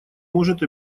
может